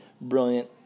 brilliant